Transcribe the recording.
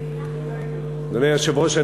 אדוני היושב-ראש,